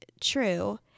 True